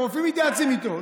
והרופאים מתייעצים איתו.